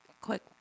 quick